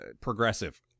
progressive